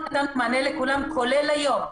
נתנו מענה לכולם, כולל היום.